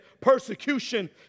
persecution